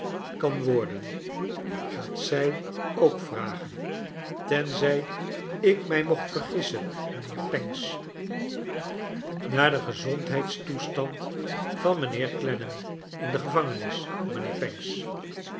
kan worden gaat zij ook vragen tenzij ik mij mocht vergissen mijnheer pancks naar den gezondheidstoe stand van mijnheer clennam in de gevangenis mijnheer pancks